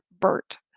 Bert